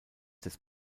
des